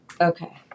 Okay